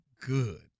good